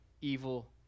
evil